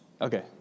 Okay